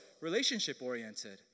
relationship-oriented